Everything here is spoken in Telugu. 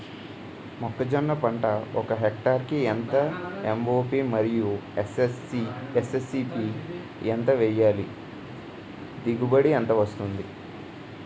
మొక్కజొన్న పంట ఒక హెక్టార్ కి ఎంత ఎం.ఓ.పి మరియు ఎస్.ఎస్.పి ఎంత వేయాలి? దిగుబడి ఎంత వస్తుంది?